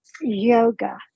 yoga